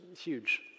huge